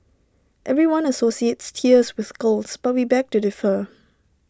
everyone associates tears with girls but we beg to differ